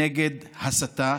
נגד הסתה,